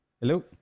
hello